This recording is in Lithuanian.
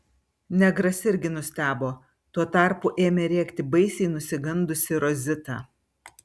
negras irgi nustebo tuo tarpu ėmė rėkti baisiai nusigandusi rozita